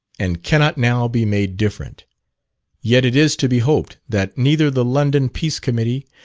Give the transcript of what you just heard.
and cannot now be made different yet it is to be hoped that neither the london peace committee,